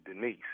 Denise